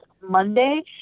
Monday